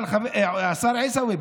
אבל השר עיסאווי,